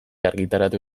argitaratu